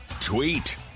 Tweet